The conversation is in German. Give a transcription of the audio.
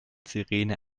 sirene